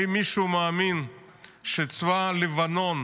האם מישהו מאמין שצבא לבנון